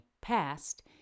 past